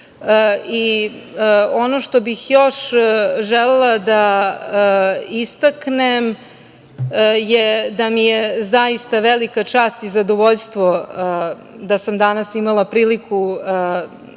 što bih još želela da istaknem je da mi je zaista velika čast i zadovoljstvo da sam danas imala priliku da